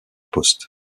poste